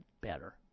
better